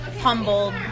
humbled